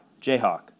Jayhawk